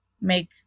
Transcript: make